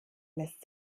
lässt